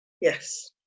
Yes